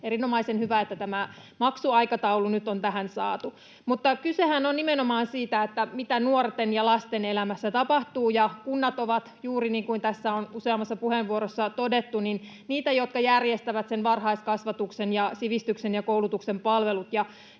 erinomaisen hyvä, että tämä maksuaikataulu nyt on tähän saatu. Kysehän on nimenomaan siitä, mitä nuorten ja lasten elämässä tapahtuu. Kunnat ovat, juuri niin kuin tässä on useammassa puheenvuorossa todettu, niitä, jotka järjestävät sen varhaiskasvatuksen ja sivistyksen ja koulutuksen palvelut.